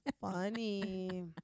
funny